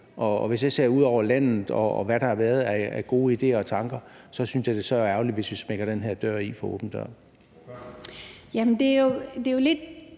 Og hvis jeg ser ud over landet og på, hvad der har været af gode idéer og tanker, så synes jeg, det er ærgerligt, hvis vi smækker døren i for åben